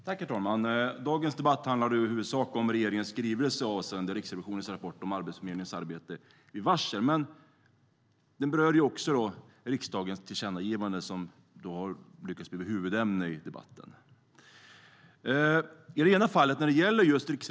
Herr talman! Dagens debatt handlar i huvudsak om regeringens skrivelse avseende Riksrevisionens rapport om Arbetsförmedlingens arbete vid varsel. Men den berör också riksdagens tillkännagivanden, som har lyckats bli huvudämne i debatten.